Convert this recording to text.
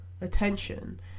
attention